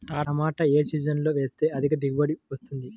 టమాటా ఏ సీజన్లో వేస్తే అధిక దిగుబడి వస్తుంది?